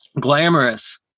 glamorous